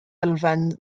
elfen